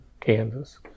Kansas